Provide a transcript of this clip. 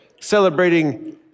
celebrating